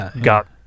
Got